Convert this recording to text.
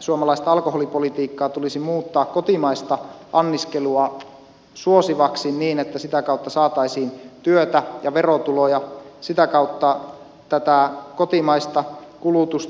suomalaista alkoholipolitiikkaa tulisi muuttaa kotimaista anniskelua suosivaksi niin että sitä kautta saataisiin työtä ja verotuloja ja sitä kautta tätä